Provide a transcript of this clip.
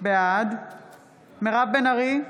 בעד מירב בן ארי,